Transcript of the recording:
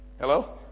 Hello